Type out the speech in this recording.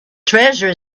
treasure